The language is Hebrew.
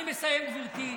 אני מסיים, גברתי.